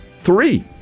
Three